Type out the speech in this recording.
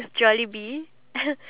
durian